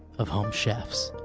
of home chefs